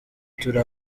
turi